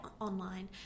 online